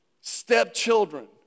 stepchildren